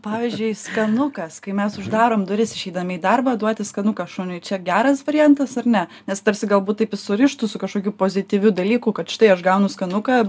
pavyzdžiui skanukas kai mes uždarom duris išeidami į darbą duoti skanuką šuniui čia geras variantas ar ne nes tarsi galbūt taip jis surištų su kažkokiu pozityviu dalyku kad štai aš gaunu skanuką